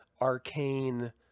arcane